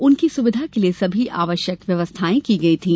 उनकी सुविधा के लिये सभी आवश्यक व्यवस्थायें की गई थी